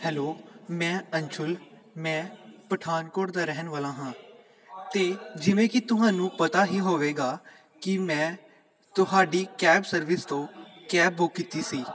hello ਮੈਂ ਅੰਸ਼ੁਲ ਮੈਂ ਪਠਾਨਕੋਟ ਦਾ ਰਹਿਣ ਵਾਲਾ ਹਾਂ ਅਤੇ ਜਿਵੇਂ ਕਿ ਤੁਹਾਨੂੰ ਪਤਾ ਹੀ ਹੋਵੇਗਾ ਕਿ ਮੈਂ ਤੁਹਾਡੀ ਕੈਬ ਸਰਵਿਸ ਤੋਂ ਕੈਬ ਬੁੱਕ ਕੀਤੀ ਸੀ